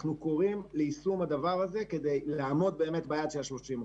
אנחנו קוראים ליישום הדבר הזה כדי לעמוד ביעד של ה-30%.